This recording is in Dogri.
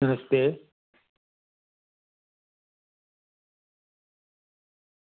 नमस्ते